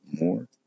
more